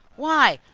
why,